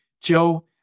Joe